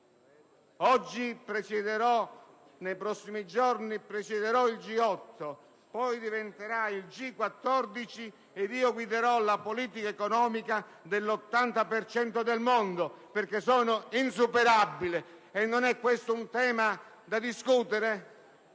«Nei prossimi giorni presiederò il G8, poi diventerà il G14 ed io guiderò la politica economica dell'80 per cento del mondo perché sono insuperabile» non è un tema da discutere?